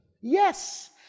Yes